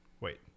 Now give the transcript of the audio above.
wait